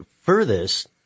furthest